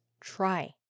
try